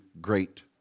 great